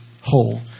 whole